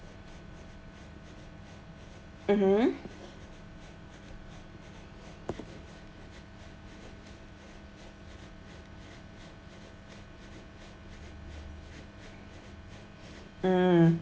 mmhmm mm